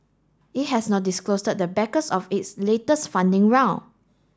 it has not disclose the backers of its latest funding round